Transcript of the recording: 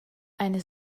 eine